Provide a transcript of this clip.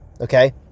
Okay